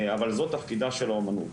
אבל זאת תפקידה של האמנות,